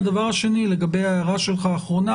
הדבר השני, לגבי ההערה שלך האחרונה.